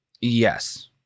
Yes